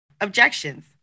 objections